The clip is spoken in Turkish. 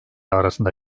arasında